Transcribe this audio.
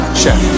chef